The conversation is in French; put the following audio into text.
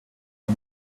pas